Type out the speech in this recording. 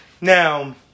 Now